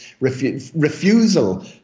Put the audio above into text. refusal